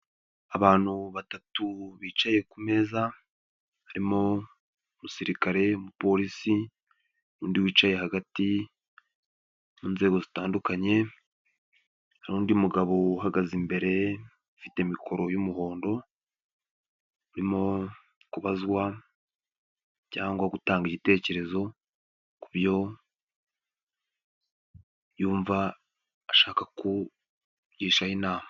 Abantu batatu bicaye ku meza harimo umusirikare, umupolisi n'undi wicaye hagati mu nzego zitandukanye, hari n'undi mugabo uhagaze imbere ufite mikoro y'umuhondo urimo kubazwa cyangwa gutanga igitekerezo kubyo yumva ashaka kugisha inama.